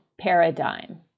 paradigm